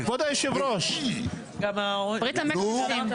לכבוד היושב ראש אתה לא מקשיב לי אני אומר דברים חשובים,